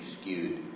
skewed